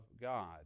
God